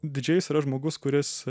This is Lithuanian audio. didžėjus yra žmogus kuris